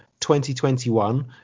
2021